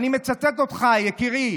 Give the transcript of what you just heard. אני מצטט אותך, יקירי: